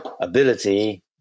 ability